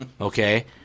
Okay